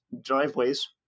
driveways